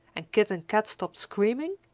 and kit and kat stopped screaming,